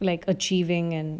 like achieving and